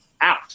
out